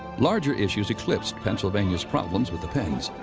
larger issues eclipsed pennsylvania's problems with the penns.